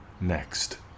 Next